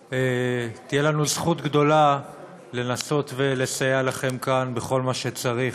ותהיה לנו זכות גדולה לנסות ולסייע לכם כאן בכל מה שצריך.